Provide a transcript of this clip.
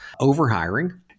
overhiring